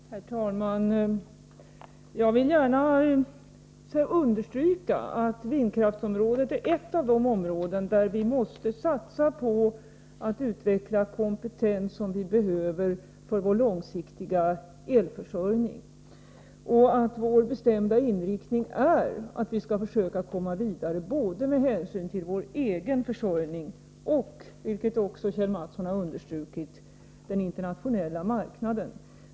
Herr talman! Jag vill gärna understryka att vindkraftsområdet är ett av de områden där vi måste satsa på att utveckla kompetens som vi behöver för vår långsiktiga elförsörjning och att vår bestämda inriktning är att försöka komma vidare med hänsyn till både vår egen försörjning och — vilket också Kjell Mattsson underströk — den internationella marknaden.